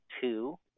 Two